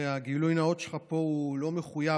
הגילוי הנאות שלך פה הוא לא מחויב.